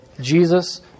Jesus